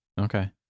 Okay